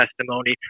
testimony